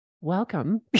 welcome